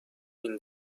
این